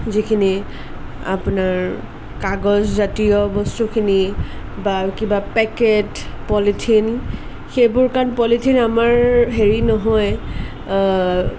যিখিনি আপোনাৰ কাগজ জাতীয় বস্তুখিনি বা কিবা পেকেট পলিথিন সেইবোৰ কাৰণ পলিথিন আমাৰ হেৰি নহয়েই